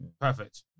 perfect